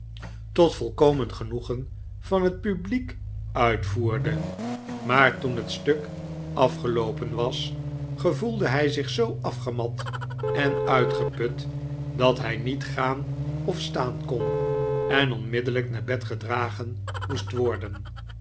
rol totvolkomen genoegen van het publiek uitvoerde maar toen het stuk afgeloopen was gevoelde hij zich zoo afgemat en uitgeput dat hij niet gaanof staan kon en onmiddellijk naar bed gedragen moest worden